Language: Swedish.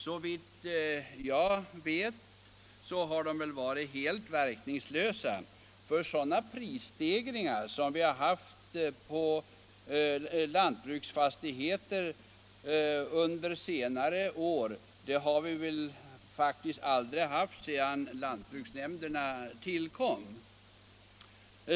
Såvitt jag vet har de varit helt verkningslösa, för sådana prisstegringar som vi haft på lantbruksfastigheter under senare år har vi faktiskt aldrig haft sedan lantbruksnämnderna tillkom.